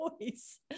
voice